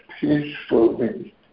peacefully